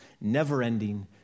never-ending